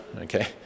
Okay